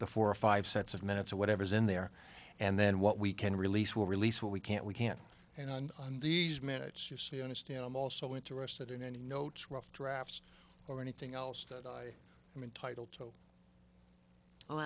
the four or five sets of minutes of whatever's in there and then what we can release will release what we can't we can't and on these minutes you see i understand i'm also interested in any notes rough draft or anything else that i am entitled to oh